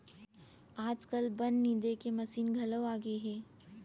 आजकाल बन निंदे के मसीन घलौ आगे हे